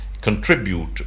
contribute